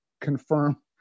confirm